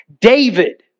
David